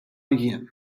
jien